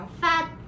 fat